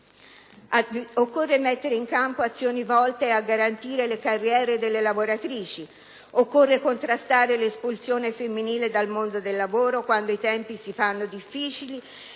Occorre mettere in campo azioni volte a garantire le carriere delle lavoratrici; occorre contrastare l'espulsione femminile dal mondo del lavoro quando i tempi si fanno difficili